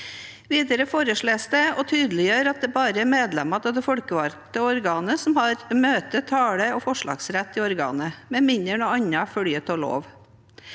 Videre foreslås det å tydeliggjøre at det bare er medlemmene av det folkevalgte organ som har møte-, taleog forslagsrett i organet, med mindre noe annet følger av lov.